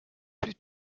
plus